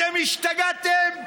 אתם השתגעתם?